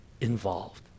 involved